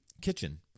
kitchen